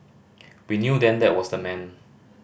we knew then that was the man